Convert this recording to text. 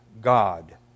God